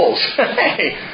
Hey